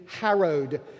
harrowed